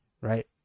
right